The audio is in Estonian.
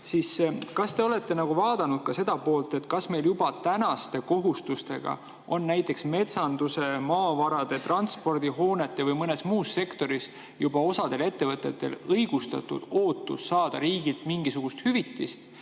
Kas te olete vaadanud ka seda poolt, kas meil juba praeguste kohustustega on näiteks metsanduse, maavarade, transpordi, hoonete või mõnes muus sektoris juba osal ettevõtetest õigustatud ootus saada riigilt mingisugust hüvitist?